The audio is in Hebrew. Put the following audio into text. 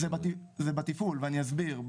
זה בתפעול ואני אסביר.